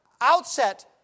outset